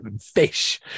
fish